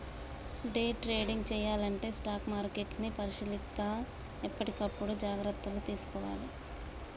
day trading చెయ్యాలంటే stock మార్కెట్ని పరిశీలిత్తా ఎప్పటికప్పుడు జాగర్తలు తీసుకోవాలే